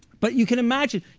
but you can imagine,